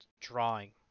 drawing